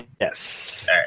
Yes